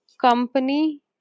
company